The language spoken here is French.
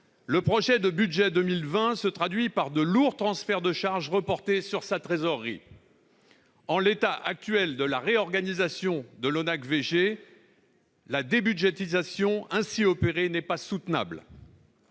le projet de budget pour 2020 prévoit de lourds transferts de charges vers sa trésorerie. En l'état actuel de la réorganisation de l'ONAC-VG, la débudgétisation ainsi opérée n'est pas soutenable.